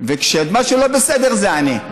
ומה שלא בסדר, זה אני.